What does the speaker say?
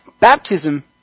Baptism